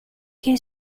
che